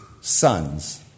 sons